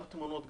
גם תמונות,